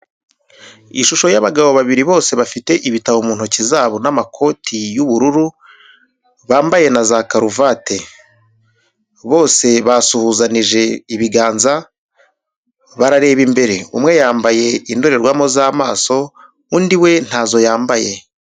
Ishusho y'abagabo babiri bose bafite ibitabo mu ntoki zabo n'amakoti y'ubururu, bambaye na za karuvate. Bose basuhuzanije ibiganza barareba imbere, umwe yambaye indorerwamo z'amaso undi we ntazo yambaye.